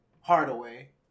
Hardaway